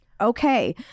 Okay